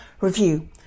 review